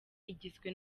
igizwe